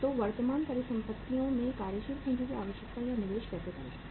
तो वर्तमान परिसंपत्तियों में कार्यशील पूंजी की आवश्यकता या निवेश कैसे करें